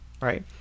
right